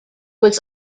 was